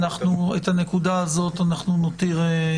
את הנקודה הזאת אנחנו נותיר.